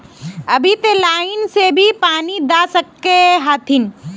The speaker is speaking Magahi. अभी ते लाइन से भी पानी दा सके हथीन?